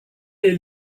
les